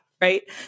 right